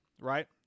right